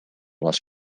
les